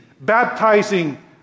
baptizing